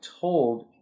told